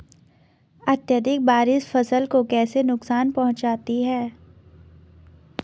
अत्यधिक बारिश फसल को कैसे नुकसान पहुंचाती है?